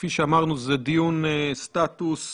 כפי שאמרנו, זה דיון סטטוס.